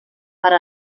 per